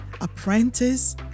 apprentice